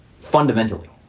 fundamentally